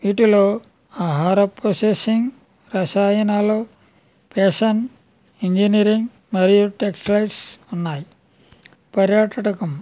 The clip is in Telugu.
వీటిలో ఆహార పోసెసింగ్ రసాయనాలు పెషన్ ఇంజనీరింగ్ మరియు టెక్స్టైల్స్ ఉన్నాయి పర్యాటకం